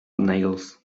nails